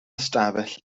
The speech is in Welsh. ystafell